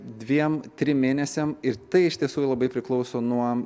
dviem trim mėnesiam ir tai iš tiesų labai priklauso nuo